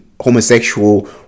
homosexual